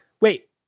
wait